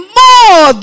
more